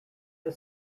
are